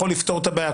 יכול לפתור את הבעיה.